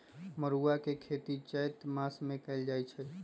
मरुआ के खेती चैत मासमे कएल जाए छै